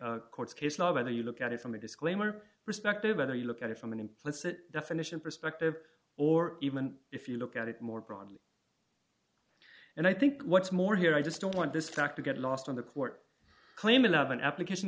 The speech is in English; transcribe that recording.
case court case law whether you look at it from the disclaimer perspective either you look at it from an implicit definition perspective or even if you look at it more broadly and i think what's more here i just don't want this fact to get lost on the court claiming to have an application